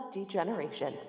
Degeneration